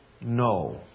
no